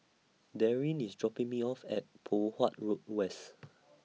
Darryn IS dropping Me off At Poh Huat Road West